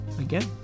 again